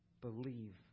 believe